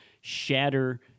shatter